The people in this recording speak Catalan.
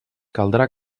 caldrà